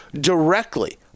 directly